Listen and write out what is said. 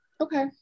okay